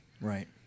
right